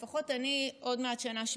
אני לפחות עוד מעט שנה שמינית,